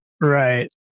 Right